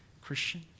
christian